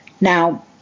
Now